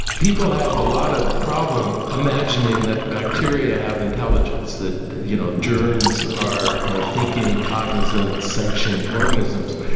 people have a lot of problem imagining that bacteria have intelligence, that you know germs are are thinking, cognizant, sentient organisms.